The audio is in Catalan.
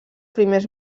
primers